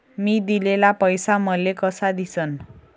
मी दिलेला पैसा मले कसा दिसन?